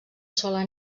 sola